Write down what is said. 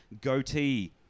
goatee